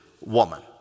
woman